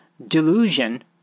delusion